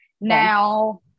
Now